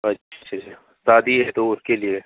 अच्छा शादी है तो उसके लिए